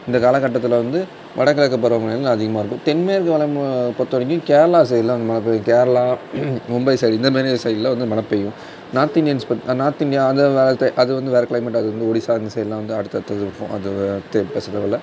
இந்த காலகட்டத்தில் வந்து வடகிழக்கு பருவமழைகள் அதிகமாக இருக்கும் தென்மேற்கு வளம் பொறுத்த வரைக்கும் கேரளா சைடுலாம் வந்து மழை பெய்யும் கேரளா மும்பை சைடு இந்தமாரி சைடில் மழை பெய்யும் நார்த் இந்தியன்ஸ் நார்த் இந்தியா அது அது அது வந்து வேற கிளைமேட் அது வந்து ஒடிசா அந்த சைடுலாம் வந்து அடுத்த அடுத்தது இருக்கும் அது பேச தேவையில்லை